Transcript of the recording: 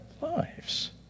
lives